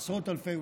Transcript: עשרות אלפי,